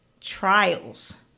trials